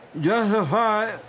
justify